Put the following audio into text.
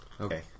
Okay